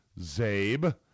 zabe